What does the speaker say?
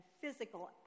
physical